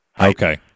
Okay